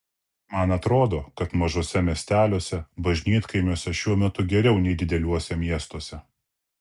man atrodo kad mažuose miesteliuose bažnytkaimiuose šiuo metu geriau nei dideliuose miestuose